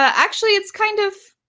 ah actually, it's kind of